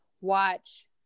watch